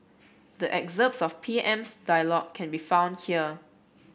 the excerpts of P M's dialogue can be found here